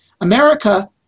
America